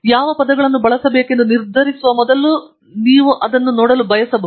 ಯಾವ ಪದಗಳನ್ನು ಬಳಸಬೇಕೆಂದು ನಿರ್ಧರಿಸುವ ಮೊದಲು ನೀವು ಅದನ್ನು ನೋಡಲು ಬಯಸಬಹುದು